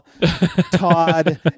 Todd